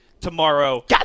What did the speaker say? tomorrow